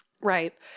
Right